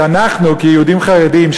שאנחנו כיהודים חרדים,